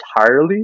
entirely